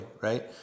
right